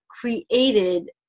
created